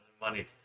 money